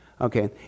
Okay